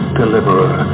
deliverer